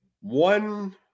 One